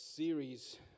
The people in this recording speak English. series